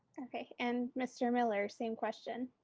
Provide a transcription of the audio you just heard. okay, and mr. miller, same question.